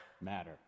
matter